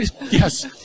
Yes